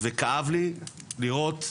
וכאב לי לראות,